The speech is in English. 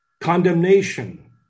condemnation